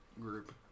group